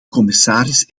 commissaris